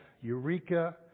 eureka